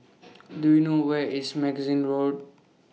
Do YOU know Where IS Magazine Road